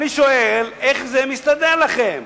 אני שואל, איך זה מסתדר לכם?